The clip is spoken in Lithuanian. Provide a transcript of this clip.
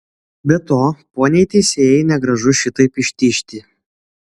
be to poniai teisėjai negražu šitaip ištižti